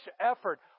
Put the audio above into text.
effort